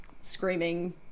screaming